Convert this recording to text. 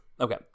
Okay